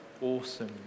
awesome